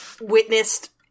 witnessed